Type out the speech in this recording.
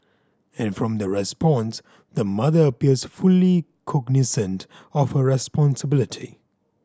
and from the response the mother appears fully cognisant of her responsibility